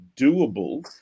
doable